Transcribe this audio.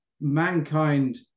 mankind